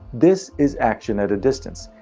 this is action at a distance.